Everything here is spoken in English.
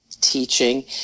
teaching